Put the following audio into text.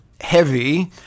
heavy